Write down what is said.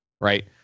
right